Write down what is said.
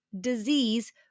disease